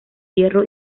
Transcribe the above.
hierro